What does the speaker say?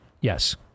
Yes